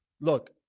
look